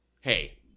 Hey